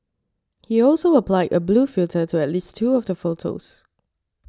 he also applied a blue filter to at least two of the photos